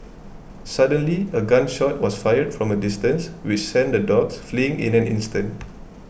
suddenly a gun shot was fired from a distance which sent the dogs fleeing in an instant